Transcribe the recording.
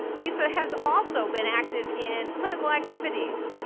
lisa has also been active in clinical activities,